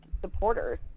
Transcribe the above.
supporters